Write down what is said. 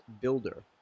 builder